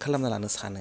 खालामना लानो सानो